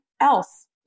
else